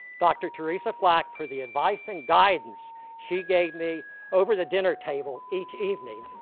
dr. theresa flack, for the advice and guidance she gave me over the dinner table each evening.